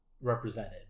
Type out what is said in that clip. Represented